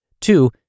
Two